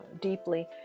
deeply